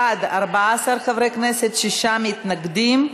בעד, 14 חברי כנסת, שישה מתנגדים.